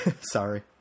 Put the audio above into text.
sorry